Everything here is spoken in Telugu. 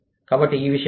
కాబట్టి ఈ విషయాలు